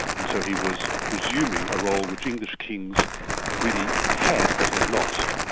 and so he was resuming a role which english kings really had, but had lost.